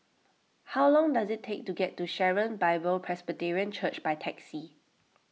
how long does it take to get to Sharon Bible Presbyterian Church by taxi